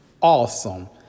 awesome